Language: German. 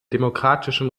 demokratischen